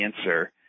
answer